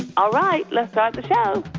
all right. let's start the show